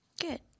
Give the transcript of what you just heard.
Good